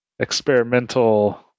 Experimental